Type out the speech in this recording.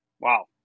Wow